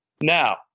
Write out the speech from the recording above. Now